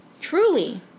truly